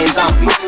zombies